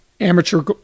amateur